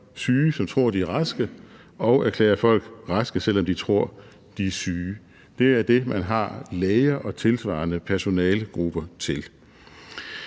syge, som tror, de er raske, og erklære folk raske, selv om de tror, de er syge. Det er det, man har læger og tilsvarende personalegrupper til.